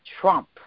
Trump